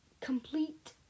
complete